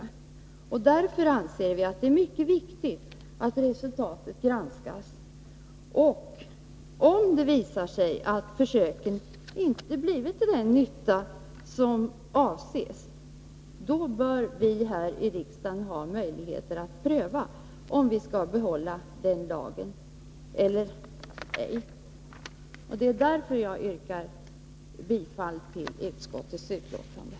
Därför anser vi att det är mycket viktigt att resultatet granskas och att vi här i riksdagen, om det visar sig att försöken inte har blivit till den nytta som avsågs, bör ha möjligheter att pröva om vi skall behålla lagen eller ej. Det är därför som jag yrkar bifall till utskottets hemställan.